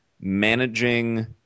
managing